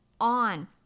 on